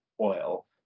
oil